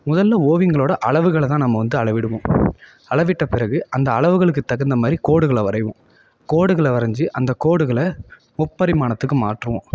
முதலில் ஓவியங்களோட அளவுகளைதான் நம்ம வந்து அளவிடுவோம் அளவிட்ட பிறகு அந்த அளவுகளுக்கு தகுந்தமாதிரி கோடுகளை வரைவோம் கோடுகளை வரைஞ்சி அந்த கோடுகளை முப்பரிமாணத்துக்கு மாற்றுவோம்